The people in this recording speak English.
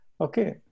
Okay